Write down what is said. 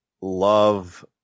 love